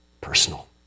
personal